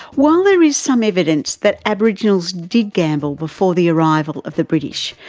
while there is some evidence that aboriginals did gamble before the arrival of the british,